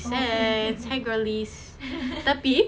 okay